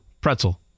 Pretzel